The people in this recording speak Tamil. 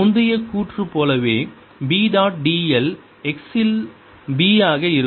முந்தைய கூற்று போலவே B டாட் dl x இல் B ஆக இருக்கும்